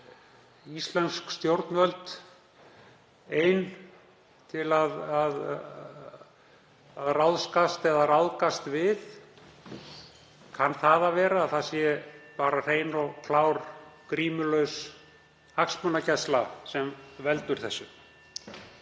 íslensk stjórnvöld ein til að ráðskast með eða ráðgast við? Kann að vera að það sé bara hrein og klár grímulaus hagsmunagæsla sem veldur þessu?